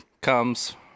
comes